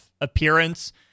appearance